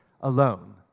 alone